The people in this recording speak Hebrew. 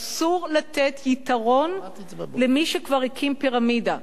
אסור לתת יתרון למי שכבר הקים פירמידה.